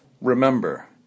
Remember